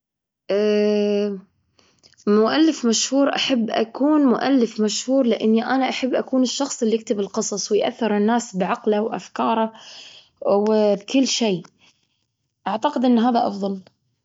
مؤلف مشهور. أحب أكون مؤلف مشهور لأني أنا أحب أكون الشخص اللي يكتب القصص ويأثر الناس بعقله وأفكاره وبكل شيء. أعتقد أن هذا أفضل.